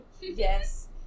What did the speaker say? yes